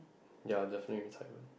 ya definitely will tight